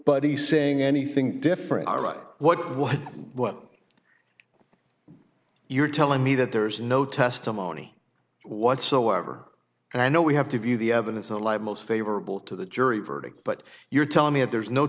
buddy saying anything different all right what what what you're telling me that there is no testimony whatsoever and i know we have to view the evidence in the light most favorable to the jury verdict but you're telling me that there is no